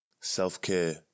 self-care